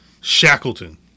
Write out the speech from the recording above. Shackleton